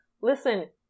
listen